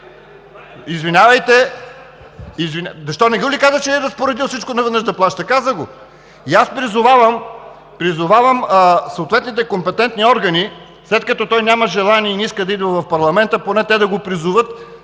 и реплики.) Защо? Не го ли каза, че е разпоредил всичко наведнъж да се плаща? Каза го! И аз призовавам съответните компетентни органи, след като той няма желание и не иска да идва в парламента, поне те да го призоват,